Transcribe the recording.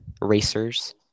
racers